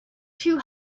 too